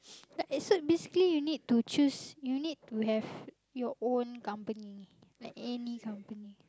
ya so basically you need to choose you need to have your own company like any company